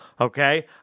Okay